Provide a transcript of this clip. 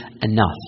enough